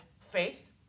faith